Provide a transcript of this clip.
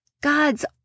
God's